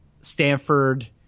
Stanford